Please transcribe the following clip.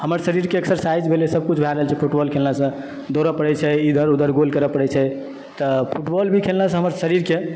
हमर शरीरके एक्सरसाइज भेलय सभकिछु भए रहल छै फुटबाल खेलनासँ दौड़ऽ पड़ैत छै इधर उधर गोल करय पड़ैत छै तऽ फुटबाल भी खेलनेसँ हमर शरीरके